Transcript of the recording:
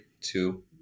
two